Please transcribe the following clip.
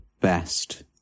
best